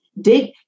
dig